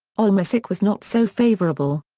allmusic was not so favourable.